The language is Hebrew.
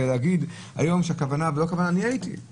להגיד היום שהכוונה הייתה או לא הייתה אני הייתי,